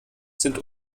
sind